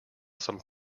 some